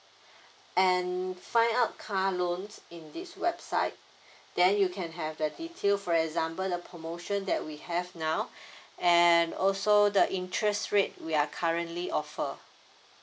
and find out car loans in this website then you can have the detail for example the promotion that we have now and also the interest rate we are currently offer